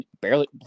barely